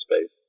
space